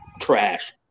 trash